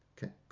Okay